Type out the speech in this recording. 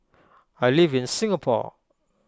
I live in Singapore